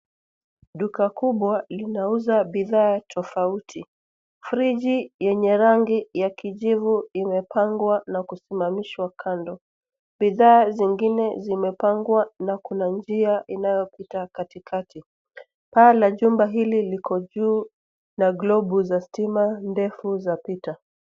Duka kubwa linauza bidhaa tofauti. Friji yenye rangi ya kijivu imepangwa na kusimamishwa kando. Bidhaa zingine zimepangwa na kuna njia inayopita katikati. Paa la jumba hili liko juu na globu za stima ndefu zapita.